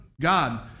god